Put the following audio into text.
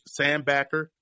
sandbacker